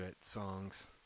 songs